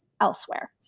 elsewhere